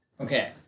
Okay